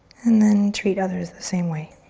and then treat others that same way.